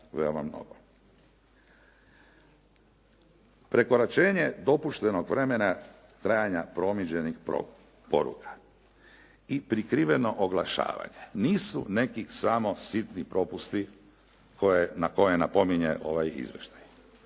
Prekoračenje dopuštenog vremena trajanja promidžbenih poruka i prikriveno oglašavanje nisu neki samo sitni propusti na koje napominje ovaj izvještaj.